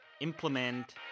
implement